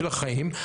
של החיים.